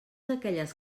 aquelles